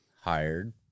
hired